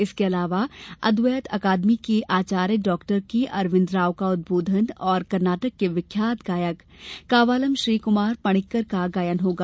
इसके अलावा अद्वेत अकादमी के आचार्य डाक्टर के अरविन्द राव का उद्बोधन और कर्नाटक के विख्यात गायक कावालम श्री कुमार पणिक्कर का गायन होगा